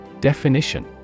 Definition